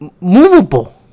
movable